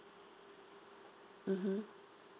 mm